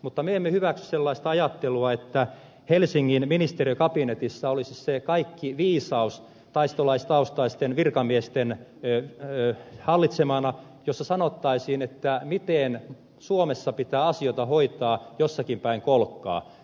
mutta me emme hyväksy sellaista ajattelua että helsingin ministeriökabinetissa olisi se kaikki viisaus taistolaistaustaisten virkamiesten hallitsemana ja sieltä sanottaisiin miten suomessa pitää asioita hoitaa jossakin päin maan kolkkaa